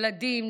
ילדים,